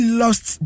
lost